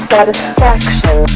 Satisfaction